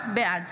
בעד